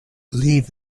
leave